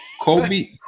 Kobe